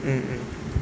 mm mm